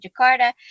jakarta